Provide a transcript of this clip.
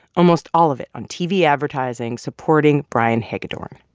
almost all of it on tv advertising supporting brian hagedorn.